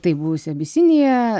taip buvusi abisinija